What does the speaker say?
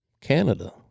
Canada